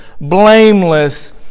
blameless